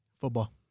Football